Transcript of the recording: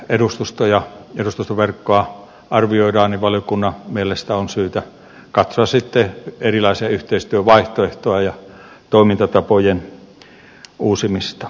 kun edustustoverkkoa arvioidaan valiokunnan mielestä on syytä katsoa erilaisia yhteistyövaihtoehtoja ja toimintatapojen uusimista